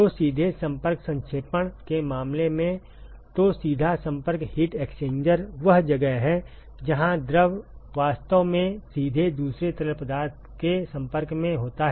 तो सीधे संपर्क संक्षेपण के मामले मेंतो सीधा संपर्क हीट एक्सचेंजर वह जगह है जहां द्रव वास्तव में सीधे दूसरे तरल पदार्थ के संपर्क में होता है